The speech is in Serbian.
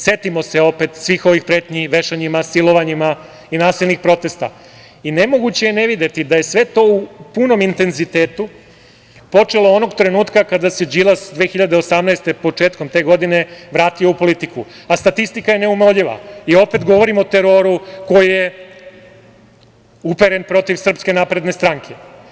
Setimo se opet svih ovih pretnji vešanjima, silovanjima i nasilnih protesta i nemoguće je ne videti da je sve to u punom intenzitetu počelo onog trenutka kada se Đilas 2018. godine, početkom te godine vratio u politiku, a statistika je neumoljiva i opet govorim o teroru koji je uperen protiv SNS.